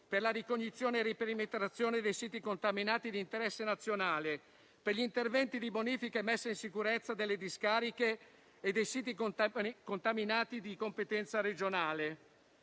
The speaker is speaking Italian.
per la ricognizione e riperimetrazione dei siti contaminati di interesse nazionale, per gli interventi di bonifica e messa in sicurezza delle discariche e dei siti contaminati di competenza regionale.